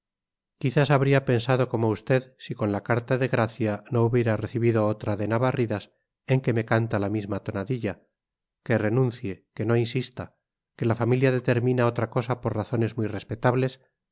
quizás habría pensado como usted si con la carta de gracia no hubiera recibido otra de navarridas en que me canta la misma tonadilla que renuncie que no insista que la familia determina otra cosa por razones muy respetables y